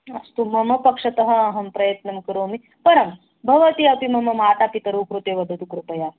अस्तु मम पक्षतः अहं प्रयत्नं करोमि परं भवती अपि मम मातापित्रोः कृते वदतु कृपया